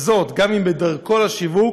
וזאת גם אם בדרכו לשיווק